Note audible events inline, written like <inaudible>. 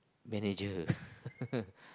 manager <laughs>